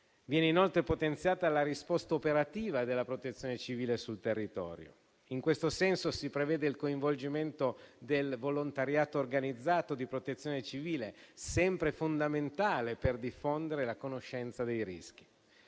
Viene inoltre potenziata la risposta operativa della Protezione civile sul territorio. In questo senso, si prevede il coinvolgimento del volontariato organizzato di protezione civile, sempre fondamentale per diffondere la conoscenza dei rischi,